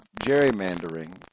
gerrymandering